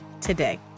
today